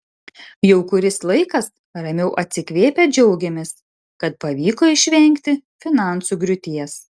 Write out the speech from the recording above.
jau kuris laikas ramiau atsikvėpę džiaugiamės kad pavyko išvengti finansų griūties